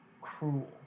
Cruel